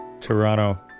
Toronto